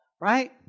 right